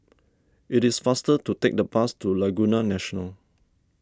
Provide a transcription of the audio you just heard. it is faster to take the bus to Laguna National